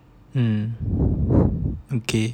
mmhmm okay